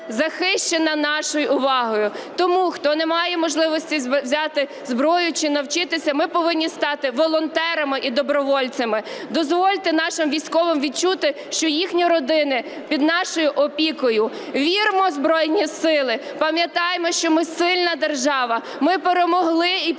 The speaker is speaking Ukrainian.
захищена нашою увагою. Тому, хто не має можливості взяти зброю чи навчитися, ми повинні стати волонтерами і добровольцями. Дозвольте нашим військовим відчути, що їхні родини під нашою опікою. Віримо у Збройні Сили. Пам'ятаймо, що ми сильна держава. Ми перемогли і переможемо